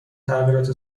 تغییرات